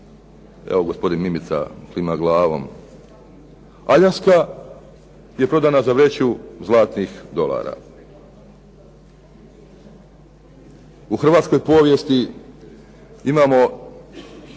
Evo gospodin Mimica klima glavom. Aljaska je prodana za vreću zlatnih dolara. U hrvatskoj povijesti imamo